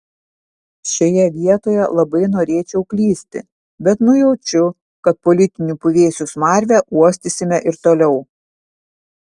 šioje vietoje labai norėčiau klysti bet nujaučiu kad politinių puvėsių smarvę uostysime ir toliau